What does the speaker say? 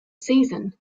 season